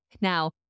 Now